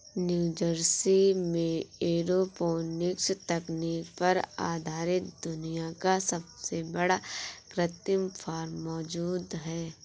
New Jersey में aeroponics तकनीक पर आधारित दुनिया का सबसे बड़ा कृत्रिम फार्म मौजूद है